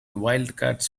wildcats